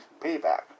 payback